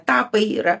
tapai yra